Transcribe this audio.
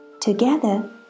Together